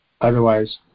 otherwise